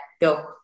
go